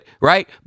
right